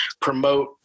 promote